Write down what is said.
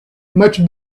much